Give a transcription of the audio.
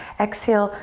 exhale,